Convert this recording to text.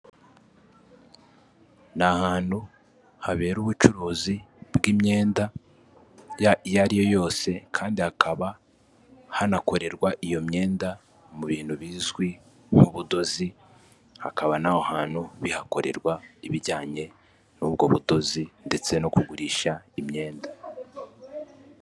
Ni ahantu habera ubucuruzi bw'imyenda iyo ariyo yose, kandi hakaba hanakorerwa iyo myenda mu bintu bizwi nk'ubudozi, hakaba n'aho hantu bihakorerwa ibijyanye n'ubwo budozi ndetse no kugurisha imyenda.